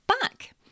back